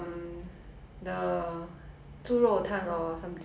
有时候很油很你吃完后会很腻很胀